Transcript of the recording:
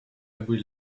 every